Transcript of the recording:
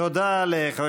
תודה לחבר